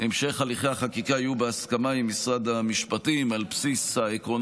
בהמשך הליכי החקיקה יהיו בהסכמה עם משרד המשפטים על בסיס העקרונות